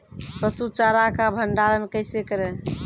पसु चारा का भंडारण कैसे करें?